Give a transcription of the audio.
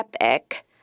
epic